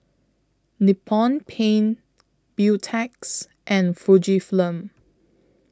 Nippon Paint Beautex and Fujifilm